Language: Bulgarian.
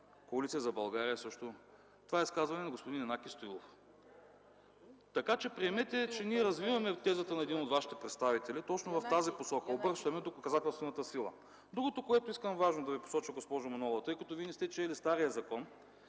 Коалиция за България също. Това е изказване на господин Янаки Стоилов. Приемете, че ние развиваме тезата на един от вашите представители, точно в тази посока – обръщаме доказателствената сила. Другото важно, което искам да Ви посоча, госпожо Манолова, тъй като Вие не сте чели стария закон...